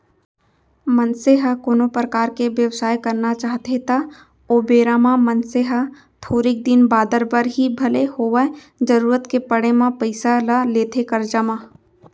मनसे ह कोनो परकार के बेवसाय करना चाहथे त ओ बेरा म मनसे ह थोरिक दिन बादर बर ही भले होवय जरुरत के पड़े म पइसा ल लेथे करजा म